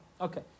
Okay